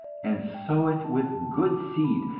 and sow it with good seed,